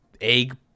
egg